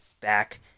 back